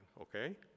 okay